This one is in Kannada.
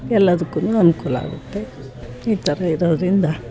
ಎಲ್ಲದುಕ್ಕು ಅನುಕೂಲ ಆಗುತ್ತೆ ಈ ಥರ ಇರೋದರಿಂದ